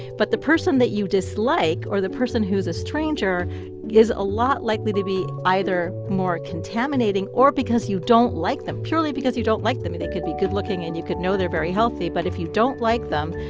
but the person that you dislike or the person who's a stranger is a lot likely to be either more contaminating or because you don't like them purely because you don't like them. they could be good-looking and you could know they're very healthy, but if you don't like them,